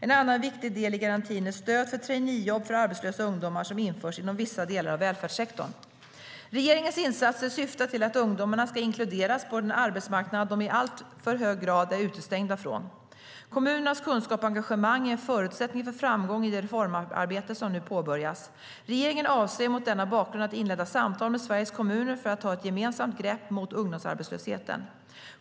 En annan viktig del i garantin är stöd för traineejobb för arbetslösa ungdomar som införs inom vissa delar av välfärdssektorn. Regeringens insatser syftar till att ungdomarna ska inkluderas på den arbetsmarknad som de i alltför hög grad är utestängda från. Kommunernas kunskap och engagemang är en förutsättning för framgång i det reformarbete som nu påbörjas. Regeringen avser mot denna bakgrund att inleda samtal med Sveriges kommuner för att ta ett gemensamt grepp mot ungdomsarbetslösheten.